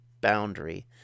boundary